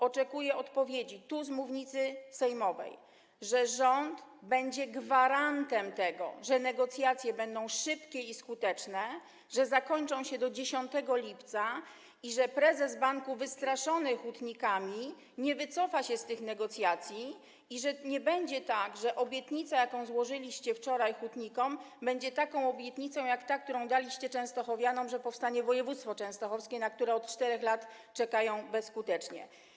Oczekuję odpowiedzi tu, z mównicy sejmowej - że rząd będzie gwarantem tego, że negocjacje będą szybkie i skuteczne, że zakończą się do 10 lipca, że prezes banku wystraszony przez hutników nie wycofa się z tych negocjacji i że nie będzie tak, iż obietnica, jaką złożyliście wczoraj hutnikom, będzie taką obietnicą jak ta, którą daliście częstochowianom, że powstanie województwo częstochowskie, na które od 4 lat czekają bezskutecznie.